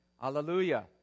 Hallelujah